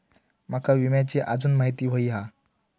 माका विम्याची आजून माहिती व्हयी हा?